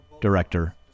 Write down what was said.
director